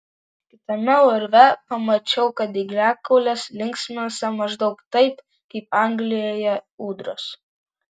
kitame urve pamačiau kad dygliakiaulės linksminasi maždaug taip kaip anglijoje ūdros